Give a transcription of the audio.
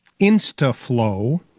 Instaflow